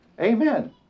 Amen